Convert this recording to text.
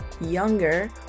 younger